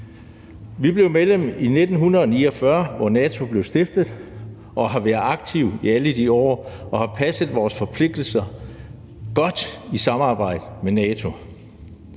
Vi blev medlem i 1949, hvor NATO blev stiftet, har været aktive i alle de år og har passet vores forpligtelser godt i samarbejde med NATO.